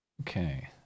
Okay